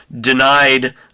denied